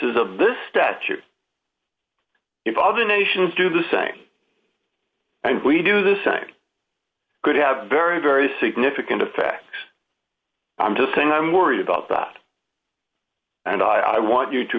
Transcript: s of this statute if other nations do the same and we do the same could have very very significant effects i'm just saying i'm worried about that and i want you to